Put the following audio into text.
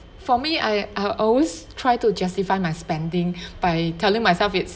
for me I I always try to justify my spending by telling myself it's